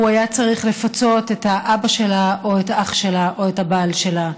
הוא היה צריך לפצות את האבא שלה או את האח שלה או את הבעל שלה.